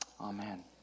Amen